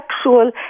sexual